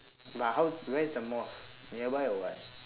but how where is the mosque nearby or what